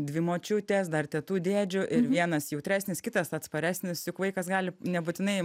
dvi močiutės dar tetų dėdžių ir vienas jautresnis kitas atsparesnis juk vaikas gali nebūtinai